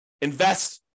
invest